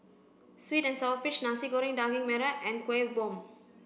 sweet and sour fish Nasi Goreng Daging Merah and Kuih Bom